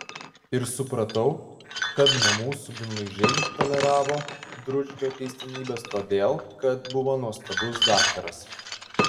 ir supratau kad namų subinlaižiai toleravo dručkio keistenybes todėl kad buvo nuostabus daktaras